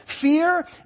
Fear